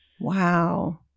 Wow